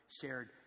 shared